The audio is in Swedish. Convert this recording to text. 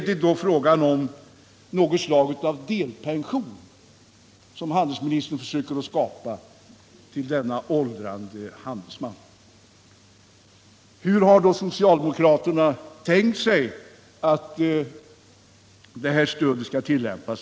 Det är alltså något slags delpension som handelsministern försöker skapa till denna åldrande handelsman. Hur har då socialdemokraterna tänkt sig att driftsstödet skall tillämpas?